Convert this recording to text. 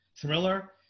thriller